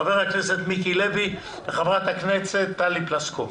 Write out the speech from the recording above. הכנסת מיקי לוי וחברת הכנסת טלי פלוסקוב.